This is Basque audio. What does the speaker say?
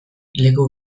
leku